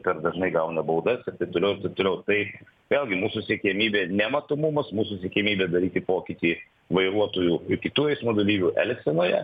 per dažnai gauna baudas ir taip toliau ir taip toliau tai vėlgi mūsų siekiamybė ne matomumas mūsų siekiamybė daryti pokytį vairuotojų ir kitų eismo dalyvių elgsenoje